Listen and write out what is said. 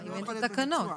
נראה אם אפשר להכניס.